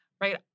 right